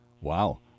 Wow